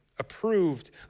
approved